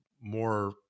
more